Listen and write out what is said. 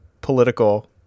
political